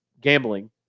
gambling